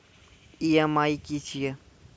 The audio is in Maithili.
ई.एम.आई की छिये?